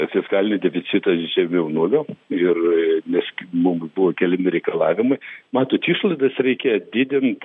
fiskalinį deficitą žemiau nulio ir mes k mums buvo keliami reikalavimai matot išlaidas reikia didint